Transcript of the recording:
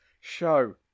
show